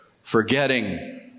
forgetting